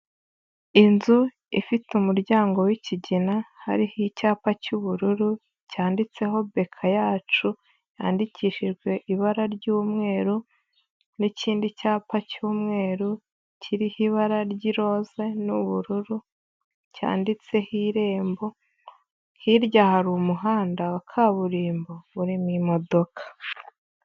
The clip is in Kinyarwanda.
Inzu ifite umuryango w'ikigina hariho icyapa cy'ubururu cyanditseho BK yacu yandikishijwe ibara ry'umweru n'ikindi cyapa cy'umweru kiriho ibara ry'iroza n'ubururu cyanditseho Irembo, hirya hari umuhanda wa kaburimbo urimo imodoka.